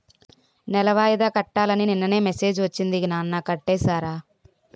నెల వాయిదా కట్టాలని నిన్ననే మెసేజ్ ఒచ్చింది నాన్న కట్టేసారా?